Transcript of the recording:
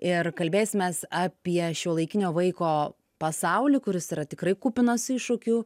ir kalbėsimės apie šiuolaikinio vaiko pasaulį kuris yra tikrai kupinas iššūkių